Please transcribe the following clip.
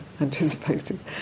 anticipated